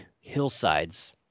hillsides